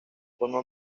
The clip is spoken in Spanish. forma